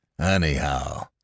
Anyhow